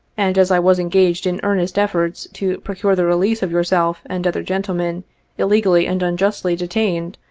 and, as i was engaged in earnest efforts to procure the release of yourself and other gentlemen illegally and unjustly detained,